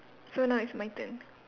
so now it's my turn